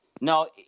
No